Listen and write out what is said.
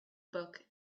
book